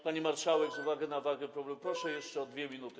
Pani marszałek, z uwagi na wagę problemu proszę jeszcze o 2 minuty.